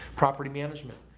property management,